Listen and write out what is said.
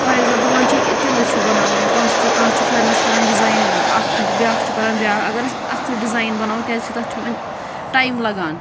for example وونۍ چھِ ییٚکیاہ تِلہٕ چھُ بناوُن کٲنٛسہِ چھُ کانٛہہ چھُ فیرنَس کَران ڈزاین اَکھ بیاکھ چھُ کَران بیاکھ اگر أسۍ اَتھہٕ سۭتۍ ڈزاین بناوو کیازِ کہِ تَتھ چھُ وونۍ ٹایِم لَگان